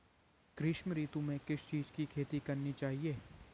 ग्रीष्म ऋतु में किस चीज़ की खेती करनी चाहिये?